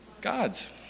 God's